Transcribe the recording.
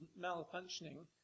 malfunctioning